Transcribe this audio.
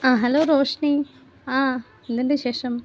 ആ ഹലോ റോഷ്നി ആ എന്തുണ്ട് വിശേഷം